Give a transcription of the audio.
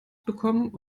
bekommen